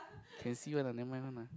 can see one lah never mind one lah